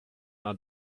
are